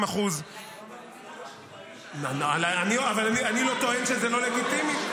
42%. --- אבל אני לא טוען שזה לא לגיטימי.